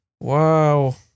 Wow